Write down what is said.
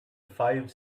five